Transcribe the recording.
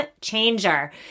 changer